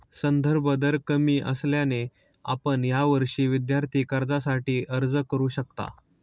संदर्भ दर कमी असल्याने आपण यावर्षी विद्यार्थी कर्जासाठी अर्ज करू शकता